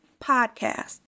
podcast